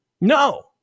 No